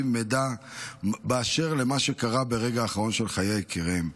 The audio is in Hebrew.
מידע באשר למה שקרה ברגע האחרון של חיי יקיריהם.